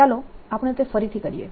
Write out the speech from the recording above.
ચાલો આપણે ફરીથી તે કરીએ